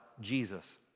Jesus